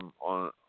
on